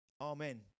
amen